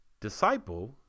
disciple